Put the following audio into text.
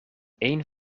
één